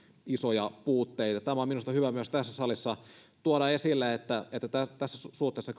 isoja puutteita tämä on minusta hyvä myös tässä salissa tuoda esille että tässä suhteessa